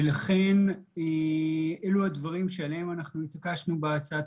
לכן אלה הדברים עליהם אנחנו התעקשנו בהצעת